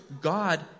God